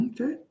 Okay